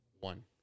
One